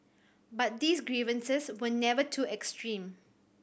but these grievances were never too extreme